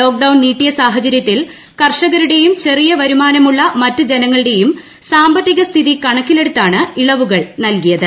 lockdown നീട്ടിയ സാഹചരൃത്തിൽ കർഷകരുടെയും ചെറിയ വരുമാനമുള്ള മറ്റു ജനങ്ങളുടെയും സാമ്പത്തിക സ്ഥിതി കണക്കിലെടുത്താണ് ഇളവുകൾ നൽകിയത്